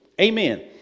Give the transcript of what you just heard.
Amen